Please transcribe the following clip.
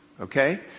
Okay